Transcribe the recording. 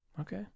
Okay